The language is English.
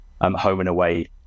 home-and-away